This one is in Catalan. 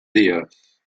dies